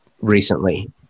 recently